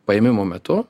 paėmimo metu